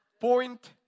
Point